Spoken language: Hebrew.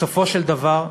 בסופו של דבר,